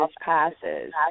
passes